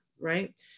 right